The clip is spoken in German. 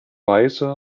weiße